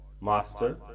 Master